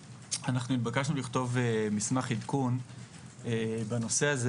אנחנו נתבקשנו לכתוב מסמך עדכון בנושא הזה,